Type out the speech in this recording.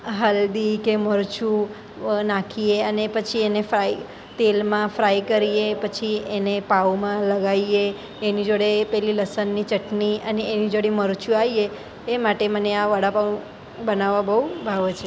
હલ્દી કે મરચું નાખીએ અને પછી એને ફ્રાઈ તેલમાં ફ્રાઈ કરીએ પછી એને પાઉંમાં લગાઈએ એની જોડે પેલી લસણની ચટણી અને એની જોડે મરચું આઈએ એ માટે મને આ વડાપાઉં બનાવવા બહુ ભાવે છે